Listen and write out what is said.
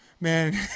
man